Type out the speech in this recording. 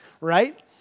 right